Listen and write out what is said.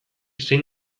zein